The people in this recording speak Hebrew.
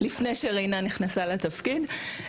לפני שרינה נכנסה לתפקיד.